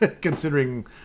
considering